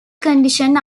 condition